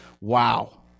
wow